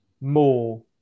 more